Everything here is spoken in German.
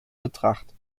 betracht